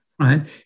right